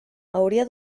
hauria